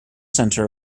center